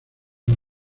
tan